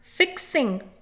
Fixing